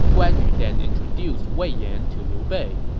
guan yu then introduced wei yan to liu bei.